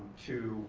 to